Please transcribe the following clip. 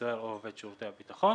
כסוהר או עובד שירותי הביטחון,